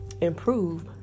improve